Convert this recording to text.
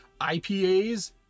IPAs